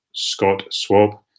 #ScottSwab